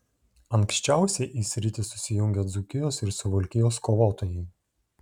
anksčiausiai į sritį susijungė dzūkijos ir suvalkijos kovotojai